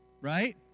right